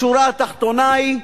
השורה התחתונה היא: